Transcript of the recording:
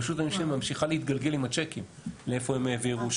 רשות המיסים ממשיכה להתגלגל עם הצ'קים לאיפה הם העבירו,